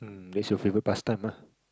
that's your favorite pastime ah